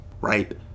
right